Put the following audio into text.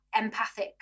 empathic